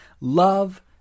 Love